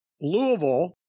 Louisville